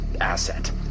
asset